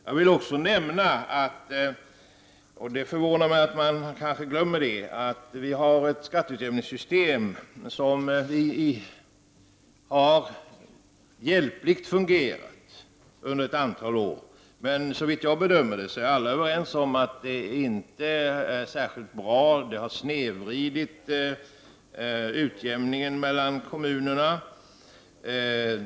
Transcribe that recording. Jag vill också nämna att — det förvånar mig att man ibland glömmer bort det — vi har ett skatteutjämningssystem som hjälpligt har fungerat under ett antal år. Såvitt jag kan bedöma är alla överens om att det inte är särskilt bra. Det har snedvridit utjämningen mellan kommunerna.